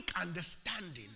understanding